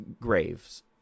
Graves